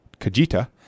Kajita